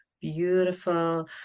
beautiful